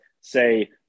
say